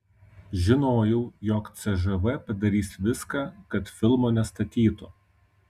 žinojau jog cžv padarys viską kad filmo nestatytų